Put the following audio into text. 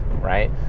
right